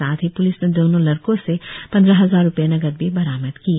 साथ ही प्लिस ने दोनों लड़कों से पंद्रह हजार रुपये नकद भी बरामद किए